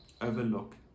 overlook